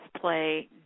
play